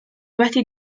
wedi